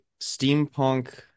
steampunk